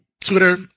Twitter